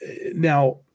Now